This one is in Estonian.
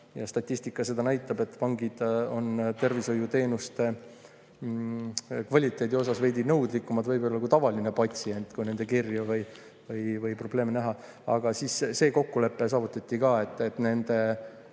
Statistika näitab, et vangid on tervishoiuteenuste kvaliteedi suhtes veidi nõudlikumad kui tavaline patsient, kui nende kirju või probleeme näha. Aga see kokkulepe saavutati ka, et nende